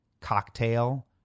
Cocktail